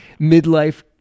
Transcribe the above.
midlife